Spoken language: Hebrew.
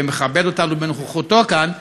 שמכבד אותנו בנוכחותו כאן,